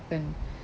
happen